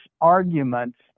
arguments